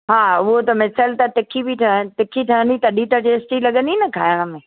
हा उहा त मिसल त तिखी बि ठह तिखी ठहंदी तॾहिं त टेस्टी लॻंदी न खाइण में